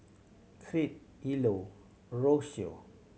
Crete Ilo Rocio